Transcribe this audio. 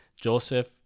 Joseph